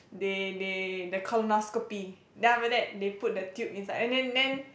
they they the colonoscopy then after that they put the tube inside and then then